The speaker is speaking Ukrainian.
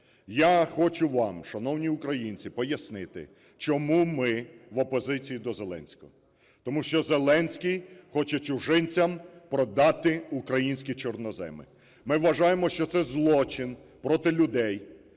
Я хочу вам, шановні українці пояснити, чому ми в опозиції до Зеленського. Тому що Зеленський хоче чужинцям продати українські чорноземи. Ми вважаємо, що це злочин проти людей,